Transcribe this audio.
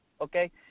okay